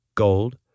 gold